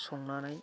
संनानै